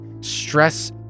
stress